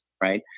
right